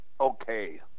okay